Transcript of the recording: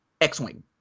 X-Wing